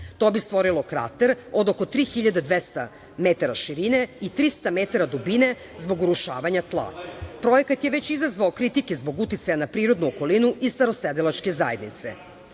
To bi stvorilo krater od oko 3.200 metara širine i 300 metara dubine, zbog urušavanja tla. Projekat je već izazvao kritike zbog uticaja na prirodnu okolinu i starosedelačke zajednice.